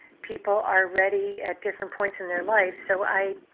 people are ready at different points in their life, so i'm